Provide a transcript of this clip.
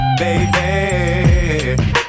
baby